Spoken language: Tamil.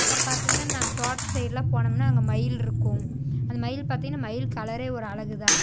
அப்பறம் பார்த்திங்கனா நாங்கள் தோட்டத்து சைடுலாம் போனோம்னா அங்கே மயில் இருக்கும் அந்த மயில் பார்த்திங்கனா மயில் கலரே ஒரு அழகுதான்